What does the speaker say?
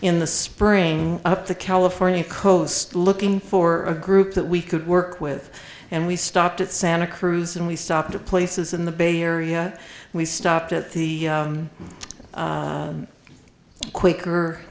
in the spring up the california coast looking for a group that we could work with and we stopped at santa cruz and we stopped at places in the bay area we stopped at the